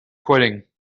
quitting